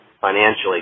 financially